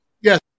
Yes